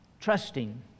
trusting